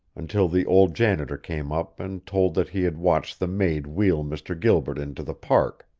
until the old janitor came up and told that he had watched the maid wheel mr. gilbert into the park.